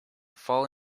fall